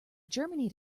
germany